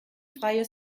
freie